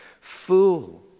Fool